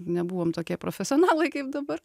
nebuvom tokie profesionalai kaip dabar